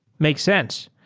makes sense.